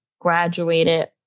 graduated